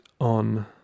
on